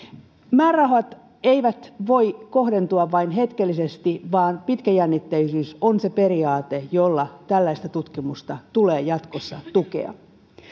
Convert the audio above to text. määrärahat eivät voi kohdentua vain hetkellisesti vaan pitkäjännitteisyys on se periaate jolla tällaista tutkimusta tulee jatkossa tukea